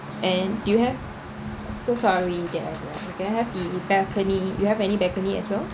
and do you have so sorry yeah can I have the balcony you have any balcony as well